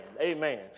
Amen